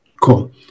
cool